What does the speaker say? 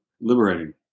Liberating